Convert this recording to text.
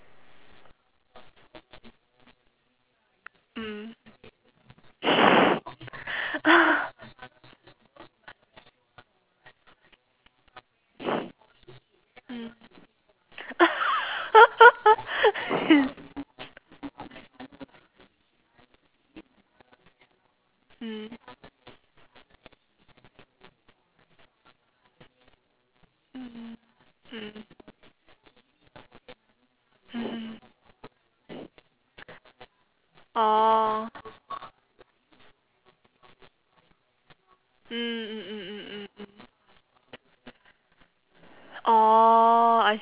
mm mm mmhmm orh mm orh I